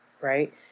right